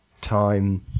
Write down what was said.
time